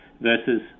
versus